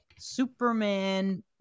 Superman